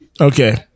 Okay